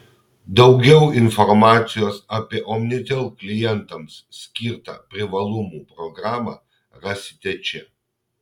daugiau informacijos apie omnitel klientams skirtą privalumų programą rasite čia